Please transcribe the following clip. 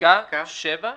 פסקה (7)(ב).